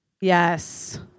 Yes